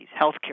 Healthcare